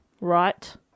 right